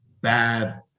bad